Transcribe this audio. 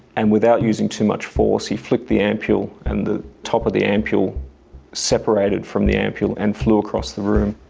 and without using too much force he flicked the ampule and the top of the ampule separated from the ampule and flew across the room.